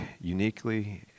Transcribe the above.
uniquely